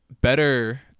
better